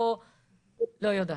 או לא יודעת,